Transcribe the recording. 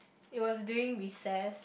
it was during recess